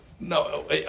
No